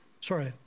sorry